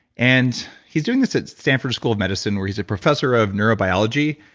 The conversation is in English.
and he's doing this at stanford school of medicine where he's a professor of neurobiology,